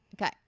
Okay